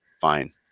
Fine